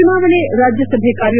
ಚುನಾವಣೆ ರಾಜ್ಯಸಭೆ ಕಾರ್